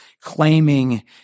claiming